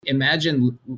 imagine